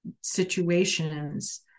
situations